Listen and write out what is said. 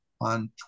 on